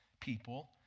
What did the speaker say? people